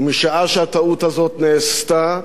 ומשעה שהטעות הזאת נעשתה,